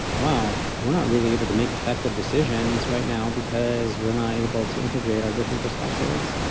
wow, we're not really able to make effective decisions right now, because we're not able to integrate our different perspectives.